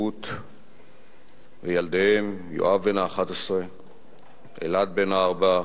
רות וילדיהם: יואב בן ה-11,